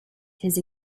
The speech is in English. his